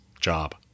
job